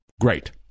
great